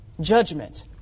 judgment